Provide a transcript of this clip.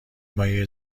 مایع